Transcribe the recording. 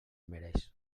mereix